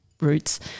roots